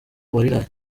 uwariraye